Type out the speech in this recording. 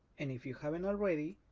and if you haven't already,